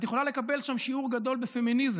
את יכולה לקבל שם שיעור גדול בפמיניזם,